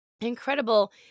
incredible